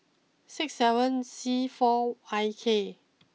six seven C four I K